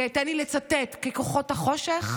ותן לי לצטט: ככוחות החושך,